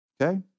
Okay